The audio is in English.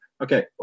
okay